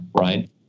Right